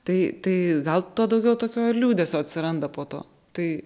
tai tai gal tuo daugiau tokio ir liūdesio atsiranda po to tai